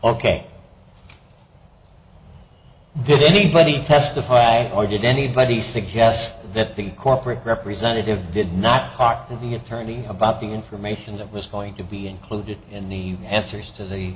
ok did anybody testify or did anybody suggest that the cooperate representative did not talk to the attorney about the information that was going to be included in need answers to the